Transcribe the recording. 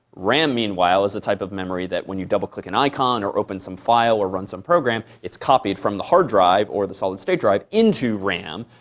ram, meanwhile is the type of memory that, when you double click an icon, or open some file, or run some program, it's copied from the hard drive or the solid state drive into ram.